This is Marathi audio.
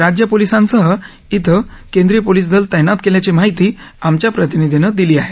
राज्य पोलिसांसह इं केंद्रीय पोलीस दल तैनात केल्याची माहिती आमच्या प्रतिनिधीनं दिली आहे